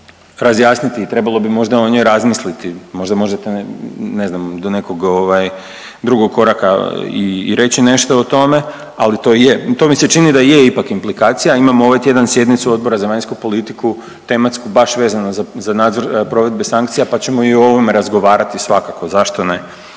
trebalo bi možda o njoj razmisliti. Možda možete do nekog drugog koraka i reći nešto o tome, ali to je, to mi se čini da je ipak implikacija. Imamo ovaj tjedan sjednicu Odbora za vanjsku politiku tematsku baš vezanu za nadzor provedbe sankcija pa ćemo i o ovome razgovarati svakako. Zašto ne?